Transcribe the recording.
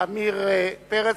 עמיר פרץ,